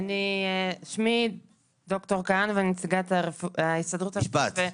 שמי ד"ר כהנוב ואני נציגת ההסתדרות הרפואית.